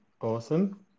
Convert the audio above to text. awesome